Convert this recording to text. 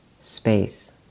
space